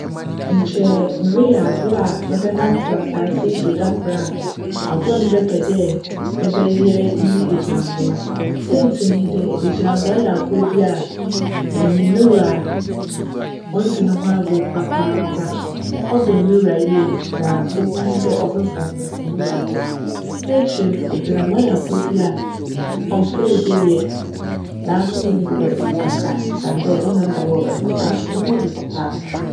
Nkyj mereyj abowa mebjnantsew asaase yi do da kor a, abowa a mebjpj dj mebjyj nye egyinambowa. Siantsir nye dj, egyinambowa yj abowa bi a, onyim no wura, onndzi no ho agor kora kora. Cbjn no wura yie na ibohu ara nye dj cfemfam no wura no ho. Iyi ekyir no, egyinambowa yj abowa bi a cmmpj dede yj naaso mbom n'aso yj dzen kakra osiandj wo nam da hc a cbjfa naaso no ho dwe papaapa.